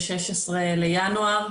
ב-16 בינואר.